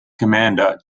commander